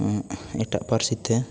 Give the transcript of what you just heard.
ᱮᱴᱟᱜ ᱯᱟᱹᱨᱥᱤ ᱛᱮ